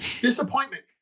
Disappointment